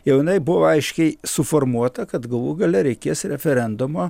jau jinai buvo aiškiai suformuota kad galų gale reikės referendumo